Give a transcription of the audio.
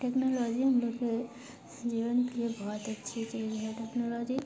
technology हम लोग के जीवन की एक बहुत अच्छी चीज़ है टेक्नोलॉजी